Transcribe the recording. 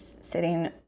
sitting